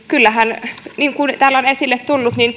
kyllähän niin kuin täällä on esille tullut